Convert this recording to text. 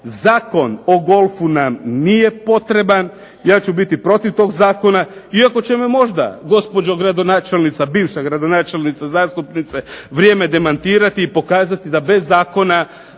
Zakon o golfu nam nije potreban, ja ću biti protiv tog zakona, iako će me možda gospođa gradonačelnica, bivša gradonačelnica, zastupnica vrijeme demantirati i pokazati da bez zakona